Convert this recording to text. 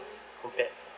hope that